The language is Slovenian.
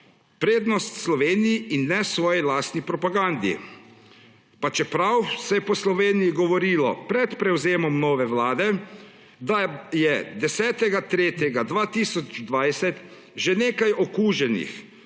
prednost Sloveniji in ne svoji lastni propagandi. Pa čeprav se je po Sloveniji govorilo pred prevzemom nove vlade, da je 10. marca 2020 že nekaj okuženih,